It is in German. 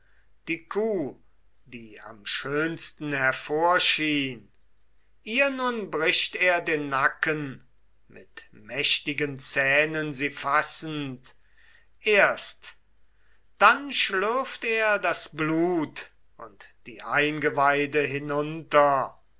die kuh die am schönsten hervorschien ihr nun bricht er den nacken mit mächtigen zähnen sie fassend erst dann schlürft er das blut und die eingeweide hinunter